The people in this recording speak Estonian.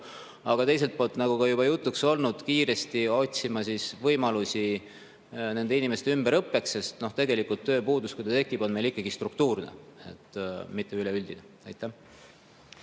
aga teiselt poolt, nagu ka juba jutuks on olnud, kiiresti otsides võimalusi nende inimeste ümberõppeks, sest tööpuudus, kui see tekib, on meil ikkagi struktuurne, mitte üleüldine. Aitäh!